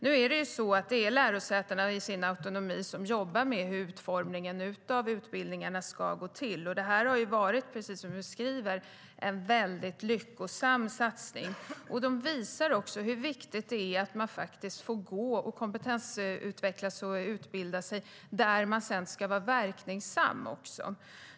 Nu är det lärosätena som i sin autonomi jobbar med utformningen av utbildningarna. Detta har varit, precis som du säger, en mycket lyckosam satsning. Det visar också hur viktigt det är att man får kompetensutveckla sig och utbilda sig där man sedan ska vara verksam.